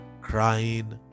crying